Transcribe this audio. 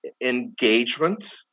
engagement